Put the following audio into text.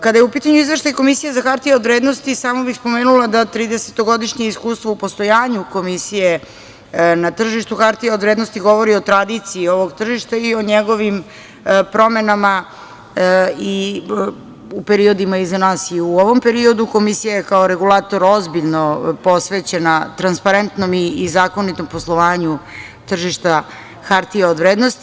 Kada je u pitanju Izveštaj komisije za hartije od vrednosti samo bih spomenula da 30 godišnje iskustvo u postojanju Komisije na tržištu hartija od vrednosti govori o tradiciji ovog tržišta, i o njegovim promenama, u periodima iza nas i u ovom periodu Komisija je kao regulator ozbiljno posvećena transparentnom i zakonitom poslovanju tržišta hartija od vrednosti.